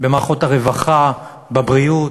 במערכות הרווחה, בבריאות,